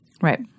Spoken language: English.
Right